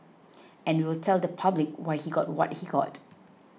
and we will tell the public why he got what he got